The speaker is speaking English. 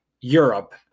Europe